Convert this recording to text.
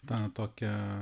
tą tokią